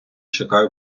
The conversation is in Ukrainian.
чекаю